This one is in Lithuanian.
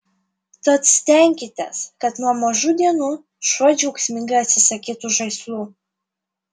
tad stenkitės kad nuo mažų dienų šuo džiaugsmingai atsisakytų žaislų